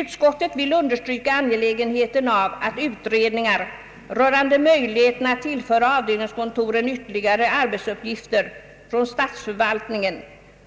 Utskottet vill understryka angelägenheten av att utredningar rörande möjligheterna att tillföra avdelningskontoren ytterligare arbetsuppgifter från statsförvaltningen